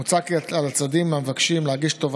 ובסופו של דבר הביאו אותנו לקורונה כלכלית,